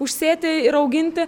užsėti ir auginti